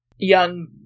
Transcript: young